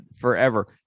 forever